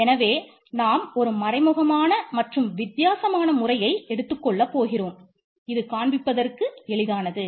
எனவே நாம் ஒரு மறைமுகமான மற்றும் வித்தியாசமான முறையை எடுத்துக் கொள்ளப் போகிறோம் இது காண்பிப்பதற்கு எளிதானது